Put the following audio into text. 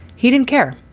he didn't care.